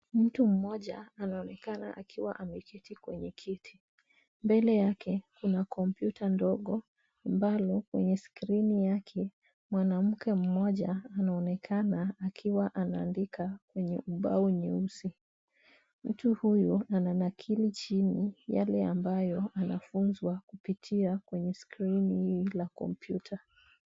Mtu mmoja anaonekana akiwa ameketi kwenye kiti. Mbele yake kuna kompyuta ndogo ambalo kwenye skrini yake mwanamke mmoja anaonekana akiwa anaandika kwenye ubao nyeusi. Mtu huyo ananakili chini yale ambayo anafunzwa kupitia kwenye skrini hii la kompyuta.